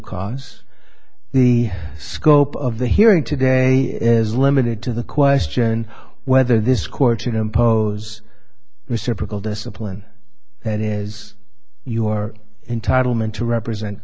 cause the scope of the hearing today is limited to the question whether this court you know impose reciprocal discipline that is you are entitlement to represent